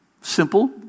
Simple